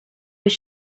was